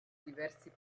diversi